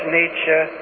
nature